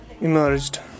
emerged